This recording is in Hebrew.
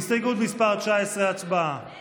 הסתייגות מס' 19 הצבעה.